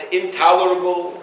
intolerable